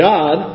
God